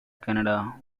canada